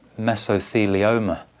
mesothelioma